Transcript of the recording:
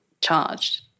charged